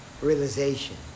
realization